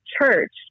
church